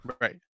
Right